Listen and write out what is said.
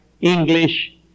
English